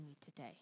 today